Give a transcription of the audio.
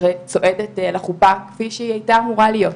שצועדת לחופה, כפי שהיא הייתה אמורה להיות.